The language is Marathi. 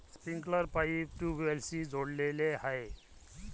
स्प्रिंकलर पाईप ट्यूबवेल्सशी जोडलेले आहे